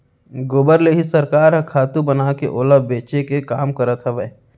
गोबर ले ही सरकार ह खातू बनाके ओला बेचे के काम करत हवय